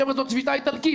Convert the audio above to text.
חבר'ה, זו שביתה איטלקית.